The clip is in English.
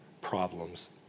problems